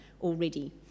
already